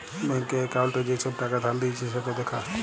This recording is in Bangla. ব্যাংকে একাউল্টে যে ছব টাকা ধার লিঁয়েছে সেট দ্যাখা